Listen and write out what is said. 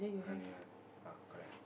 ah correct